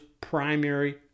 primary